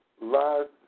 Last